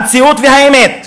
המציאות והאמת,